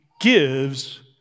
gives